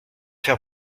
faire